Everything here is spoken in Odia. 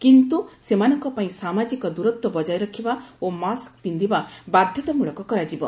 କିନ୍ତୁ ସେମାନଙ୍କ ପାଇଁ ସାମାଜିକ ଦୂରତ୍ୱ ବଜାୟ ରଖିବା ଓ ମାସ୍କ ପିନ୍ଧିବା ବାଧ୍ୟତାମୂଳକ କରାଯିବ